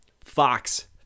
Fox